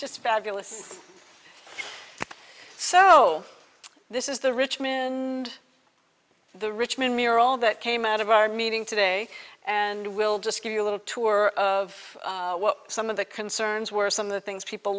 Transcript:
just fabulous so this is the richmond and the richmond near all that came out of our meeting today and we'll just give you a little tour of what some of the concerns were some of the things people